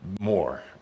more